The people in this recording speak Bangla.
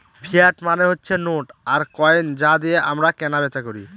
ফিয়াট মানে হচ্ছে নোট আর কয়েন যা দিয়ে আমরা কেনা বেচা করি